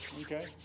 Okay